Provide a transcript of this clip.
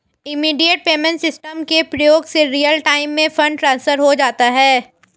immediate payment system के प्रयोग से रियल टाइम में फंड ट्रांसफर हो जाता है